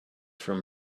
from